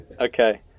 okay